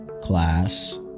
class